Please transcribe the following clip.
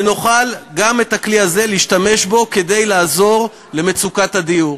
שנוכל גם בכלי הזה להשתמש כדי לעזור במצוקת הדיור.